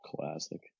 Classic